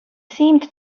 seemed